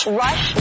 rush